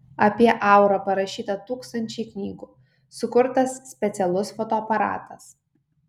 apie aurą parašyta tūkstančiai knygų sukurtas specialus fotoaparatas